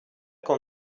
quand